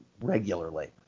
regularly